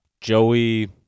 Joey